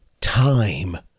time